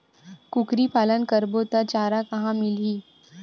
कुकरी पालन करबो त चारा कहां मिलही?